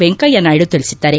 ವೆಂಕಯ್ಯ ನಾಯ್ದು ತಿಳಿಸಿದ್ದಾರೆ